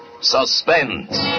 Suspense